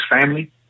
family